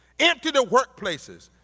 empty the workplaces,